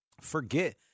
forget